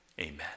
amen